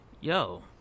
Yo